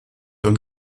und